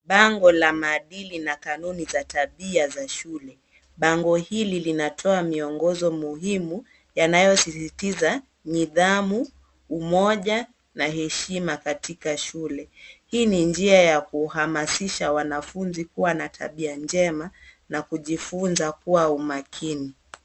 Bango la maadili na kanuni za tabia za shule. Bango hili linatoa miongozo muhimu yanayosisitiza nidhamu, umoja na heshima katika shule. Hii ni njia ya kuhamasisha wanafunzi kuwa na tabia njema na kujifunza kuwa makini.